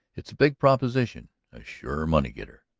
it's a big proposition, a sure money-getter.